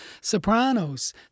Sopranos